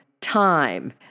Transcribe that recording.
time